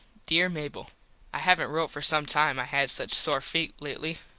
dere mable i havnt rote for some time i had such sore feet lately.